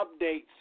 updates